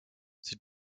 sie